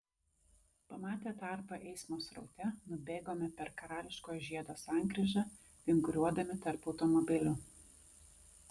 pamatę tarpą eismo sraute nubėgome per karališkojo žiedo sankryžą vinguriuodami tarp automobilių